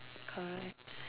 correct